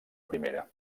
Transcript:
primera